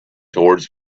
towards